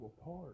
apart